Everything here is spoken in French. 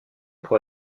pour